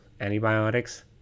antibiotics